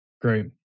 Great